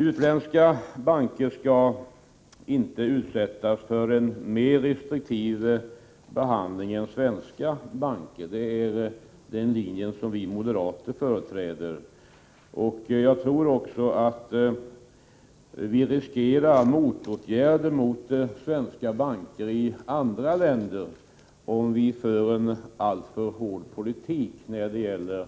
Utländska banker skall inte utsättas för en mer restriktiv behandling än svenska banker. Det är den linje som vi moderater företräder. Jag tror också att vi riskerar motåtgärder mot svenska banker i andra länder, om vi för en alltför hård politik när det gäller